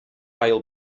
ail